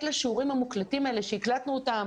לשיעורים המוקלטים האלה שהקלטנו אותם